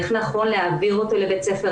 איך נכון להעביר אותו לבית ספר,